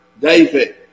David